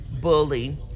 bully